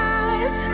eyes